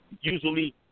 usually